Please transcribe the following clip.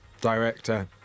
director